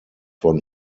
von